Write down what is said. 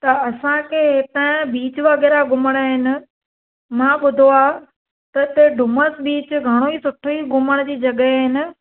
त असांखे हितां जा बीच वग़ैरह घुमणा आहिनि मां ॿुधो आहे त हिते डुमस बीच घणो ई सुठो ई घुमण जी जॻहियूं आहिनि